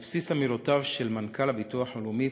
על בסיס אמירותיו של מנכ"ל הביטוח הלאומי,